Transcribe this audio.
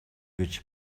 гэж